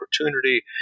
opportunity